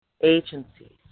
agencies